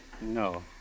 No